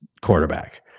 quarterback